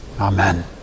Amen